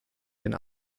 den